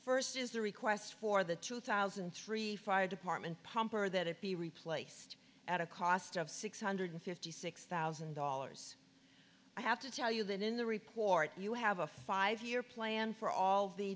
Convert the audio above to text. first is the request for the two thousand and three fire department pump or that it be replaced at a cost of six hundred fifty six thousand dollars i have to tell you that in the report you have a five year plan for all